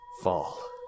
Fall